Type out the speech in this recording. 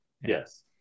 Yes